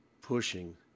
pushing